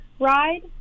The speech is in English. ride